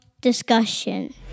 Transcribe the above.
discussion